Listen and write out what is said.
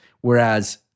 Whereas